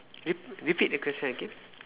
rep~ repeat the question again